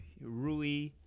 Rui